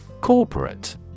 Corporate